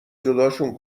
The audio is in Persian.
جداشون